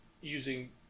using